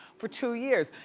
for two years.